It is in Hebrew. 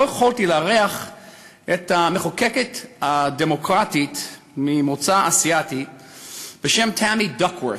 לא יכולתי לארח את המחוקקת הדמוקרטית ממוצא אסייתי טמי דוקוורת'.